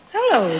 Hello